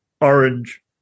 orange